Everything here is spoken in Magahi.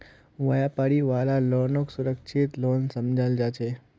व्यापारी वाला लोनक सुरक्षित लोन समझाल जा छे